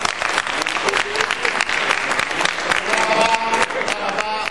(מחיאות כפיים) תודה רבה, תודה רבה.